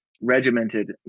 regimented